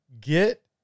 Get